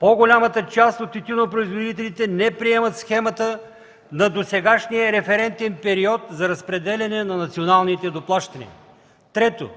По-голямата част от тютюнопроизводителите не приемат схемата на досегашния референтен период за разпределяне на националните доплащания. Трето,